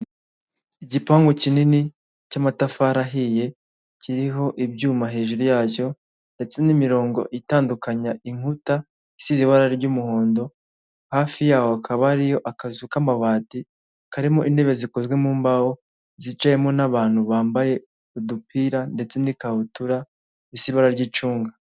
Igipangu kinini cy'amatafari ahiye, kiriho ibyuma hejuru yacyo ndetse n'imirongo itandukanya inkuta isize ibara ry'umuhondo, hafi yaho hakaba hariyo akazu k'amabati karimo intebe zikozwe mu mbaho zicayemo n'abantu bambaye udupira ndetse n'ikabutura risa ibara ry'icunga.